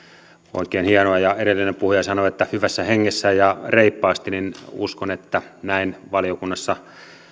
oikein hienoa edellinen puhuja sanoi että hyvässä hengessä ja reippaasti niin uskon että näin valiokunnassa